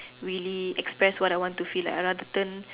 really express what I want to feel like I rather turn